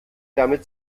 damit